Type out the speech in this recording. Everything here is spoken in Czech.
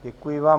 Děkuji vám.